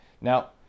Now